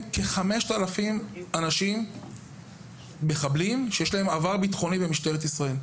כ-5,000 מחבלים עם עבר ביטחוני במשטרת ישראל.